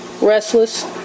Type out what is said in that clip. restless